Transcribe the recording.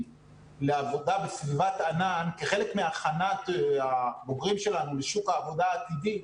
לעבודה בסביבת ענן כחלק מהכנת הבוגרים שלנו לשוק העבודה העתידי,